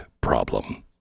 problem